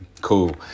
cool